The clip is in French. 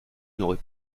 n’aurais